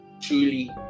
truly